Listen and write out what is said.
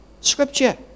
Scripture